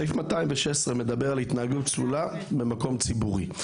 סעיף 216 מדבר על התנהגות צלולה במקום ציבורי.